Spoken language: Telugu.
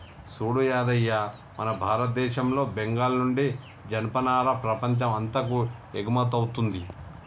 సూడు యాదయ్య మన భారతదేశంలో బెంగాల్ నుండి జనపనార ప్రపంచం అంతాకు ఎగుమతౌతుంది